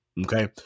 okay